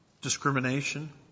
discrimination